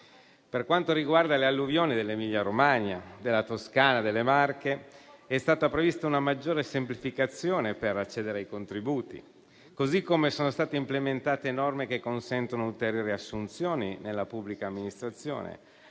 Per quanto riguarda le alluvioni dell'Emilia-Romagna, della Toscana e delle Marche, è stata prevista una maggiore semplificazione per accedere ai contributi. Inoltre sono state implementate norme che consentono ulteriori assunzioni nella pubblica amministrazione,